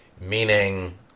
meaning